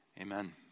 Amen